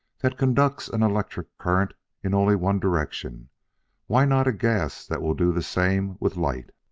that conducts an electric current in only one direction why not a gas that will do the same with light?